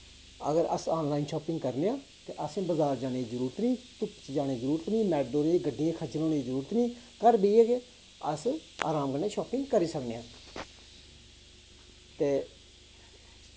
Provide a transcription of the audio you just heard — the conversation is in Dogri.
अगर अस आनलाइन शापिंग करने आं ते असेंगी बजार जाने दी जरूरत निं धुप्प च जाने दी जरूरत निं मैटाडोरा दे गड्डी च खज्जल होने दी जरूरत नेईं घर बेहियै गै अस अराम कन्नै शापिंग करी सकने आं ते